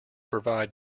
provide